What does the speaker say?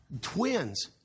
twins